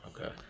Okay